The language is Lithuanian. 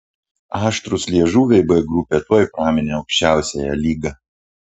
aštrūs liežuviai b grupę tuoj praminė aukščiausiąja lyga